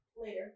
Later